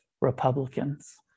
republicans